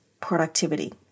productivity